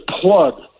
plug